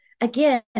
again